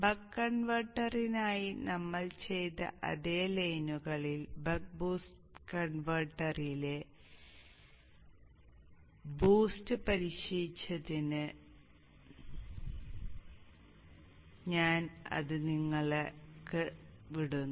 buck കൺവെർട്ടറിനായി നമ്മൾ ചെയ്ത അതേ ലൈനുകളിൽ ബക്ക് ബൂസ്റ്റ് കൺവെർട്ടറിലെ ബൂസ്റ്റ് പരീക്ഷിച്ചതിന് ഞാൻ അത് നിങ്ങൾക്ക് വിടുന്നു